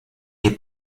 nie